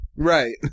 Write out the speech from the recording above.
Right